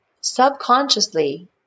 subconsciously